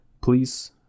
please